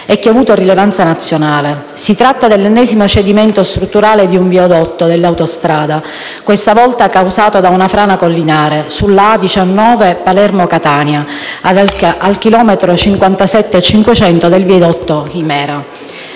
che ha avuto risonanza nazionale. Si tratta dell'ennesimo cedimento strutturale di un viadotto dell'autostrada, questa volta causato da una frana collinare, sulla A19 Palermo-Catania, al km 57,500 del viadotto Himera.